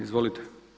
Izvolite.